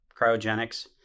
cryogenics